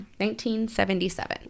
1977